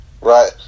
Right